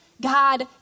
God